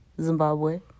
Zimbabwe